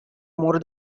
more